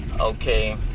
Okay